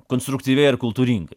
konstruktyviai ar kultūringai